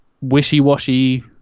wishy-washy